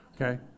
okay